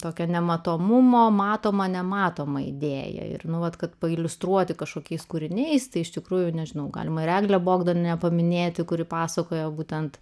tokia nematomumo matoma nematoma idėja ir nuolat kad pailiustruoti kažkokiais kūriniais tai iš tikrųjų nežinau galima ir eglė bogdanienė paminėti kuri pasakoja būtent